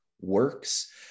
works